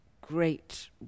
great